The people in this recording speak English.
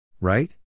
Right